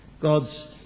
God's